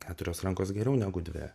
keturios rankos geriau negu dvi